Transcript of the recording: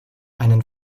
einen